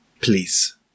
Please